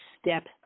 step